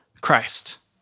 Christ